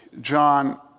John